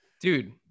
dude